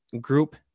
group